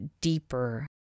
deeper